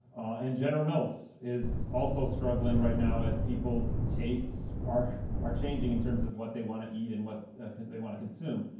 and general mills is also struggling right now as peopleis tastes are are changing in terms of what they want to eat and what they want to consume.